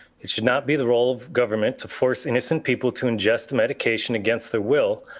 it should not be the role of government to force innocent people to ingest medication against their will.